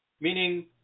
meaning